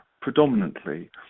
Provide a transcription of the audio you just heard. predominantly